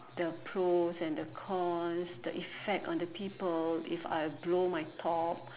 the pros and the cons the effect on the people if I blow my top